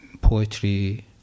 poetry